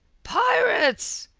pirates!